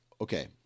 okay